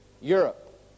Europe